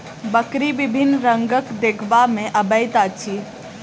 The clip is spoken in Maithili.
बकरी विभिन्न रंगक देखबा मे अबैत अछि